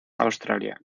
australia